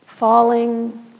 falling